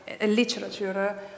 literature